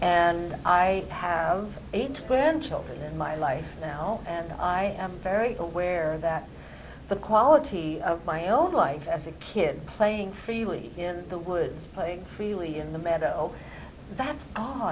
and i have eight grandchildren in my life now and i am very aware that the quality of my own life as a kid playing freely in the woods playing freely in the meadow that's